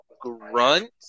grunt